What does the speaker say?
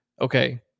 okay